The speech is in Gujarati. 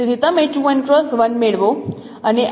તેથી તમે મેળવો